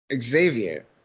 Xavier